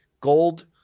Gold